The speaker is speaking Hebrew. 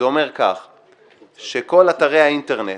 זה אומר כך - שכל אתרי האינטרנט